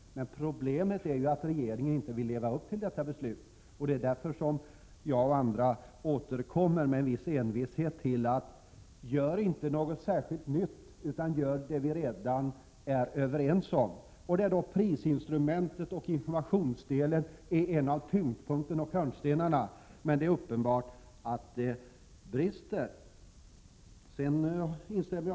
Problemet är dock att regeringen inte vill leva upp till detta beslut. Av den anledningen återkommer jag och andra med en viss envishet till frågan. Vi menar att det inte behövs några beslut om nya åtgärder. I stället skall sådant genomföras som vi redan är överens om. Prisinstrumentet och informationsverksamheten är två grundläggande inslag i detta sammanhang. Men det är uppenbart att det finns brister.